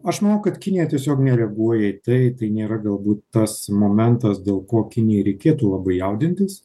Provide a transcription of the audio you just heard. aš manau kad kinija tiesiog nereaguoja į tai nėra galbūt tas momentas dėl ko kinijai reikėtų labai jaudintis